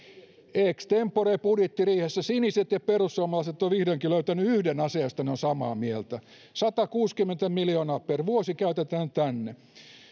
ex tempore budjettiriihessä siniset ja perussuomalaiset ovat vihdoinkin löytäneet yhden asian josta ne ovat samaa mieltä satakuusikymmentä miljoonaa per vuosi käytetään tänne